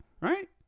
Right